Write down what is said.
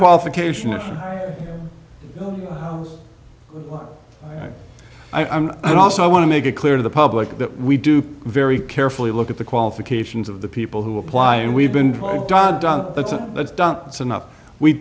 qualification that i'm also i want to make it clear to the public that we do very carefully look at the qualifications of the people who apply and we've been